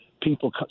people